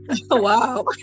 wow